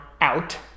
out